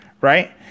right